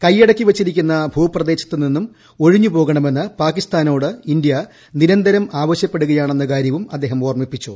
കൈയടക്കി വച്ചിരിക്കുന്ന ഭൂപ്രദേശത്തു നിന്നും ഒഴിഞ്ഞു പോകണമെന്ന് പാകിസ്ഥാനോട് ഇന്ത്യ നിരന്തരം ആവശ്യപ്പെടുകയാണെന്ന കാര്യവും അദ്ദേഹം ഓർമ്മിപ്പിച്ചു